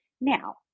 Now